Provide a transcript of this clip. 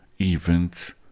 events